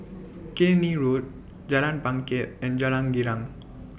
Killiney Road Jalan Bangket and Jalan Girang